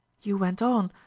you went on,